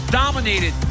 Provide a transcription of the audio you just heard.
dominated